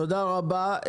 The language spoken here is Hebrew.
תודה רבה.